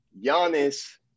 Giannis